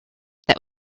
that